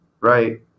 right